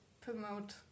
promote